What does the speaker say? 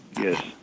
Yes